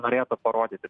norėta parodyti